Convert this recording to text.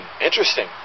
Interesting